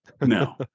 No